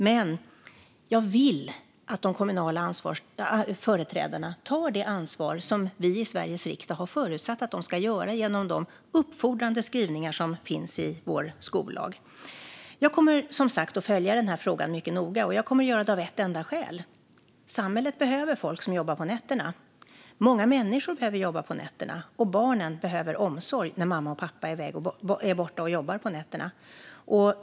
Men jag vill att de kommunala företrädarna tar det ansvar som vi i Sveriges riksdag har förutsatt att de ska göra genom de uppfordrande skrivningar som finns i vår skollag. Jag kommer, som sagt, att följa denna fråga mycket noga. Jag kommer att göra det av ett enda skäl. Samhället behöver folk som jobbar på nätterna. Många människor behöver jobba på nätterna, och barnen behöver omsorg när mamma och pappa är borta och jobbar på nätterna.